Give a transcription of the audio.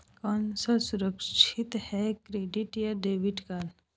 कौन सा सुरक्षित है क्रेडिट या डेबिट कार्ड?